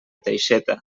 teixeta